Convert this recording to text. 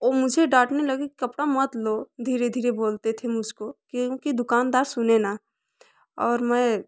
वो मुझे डाँटने लगे कपड़ा मत लो धीरे धीरे बोलते थे मुझको क्योंकि दुकानदार सुने न और मैं